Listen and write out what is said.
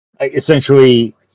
essentially